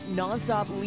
nonstop